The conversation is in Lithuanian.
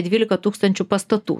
dvylika tūkstančių pastatų